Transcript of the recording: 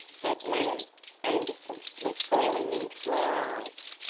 that man anderson was glaring into her eyes!